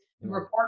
report